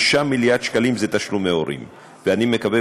5 מיליארד שקלים זה תשלומי הורים; אני מקווה,